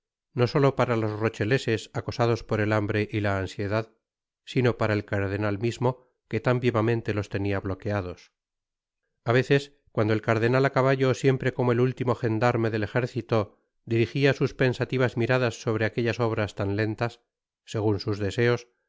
no solo para los rocheleses acosados por el hambre y la ansiedad sino para el cardenal mismo que tan vivamente los tenia bloqueados a veces cuando el cardenal á caballo siempre como el último jendarme del ejército dirijia sus pensativas miradas sobre aquellas obras tan lentas segun sus deseos